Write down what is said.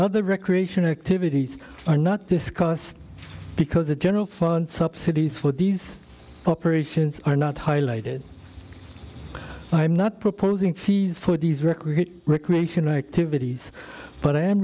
other recreational activities are not discussed because the general fund subsidies for these operations are not highlighted i am not proposing fees for these record recreational activities but i am